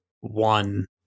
one